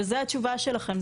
וזו התשובה שלכם,